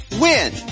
win